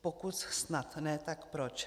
Pokud snad ne, tak proč?